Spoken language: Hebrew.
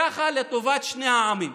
ככה, לטובת שני העמים.